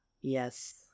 Yes